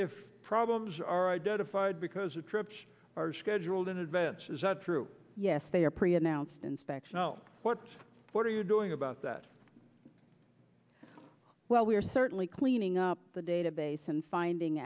if problems are identified because it trips are scheduled in advance is that true yes they are pre announced inspection no what what are you doing about that well we're certainly cleaning up the database and finding